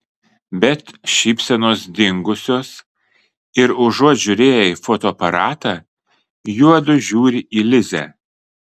bet šypsenos dingusios ir užuot žiūrėję į fotoaparatą juodu žiūri į lizę